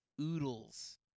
Oodles